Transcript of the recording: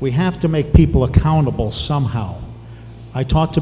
we have to make people accountable somehow i talked to